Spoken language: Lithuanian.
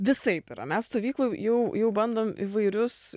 visaip yra mes stovykloj jau jau bandom įvairius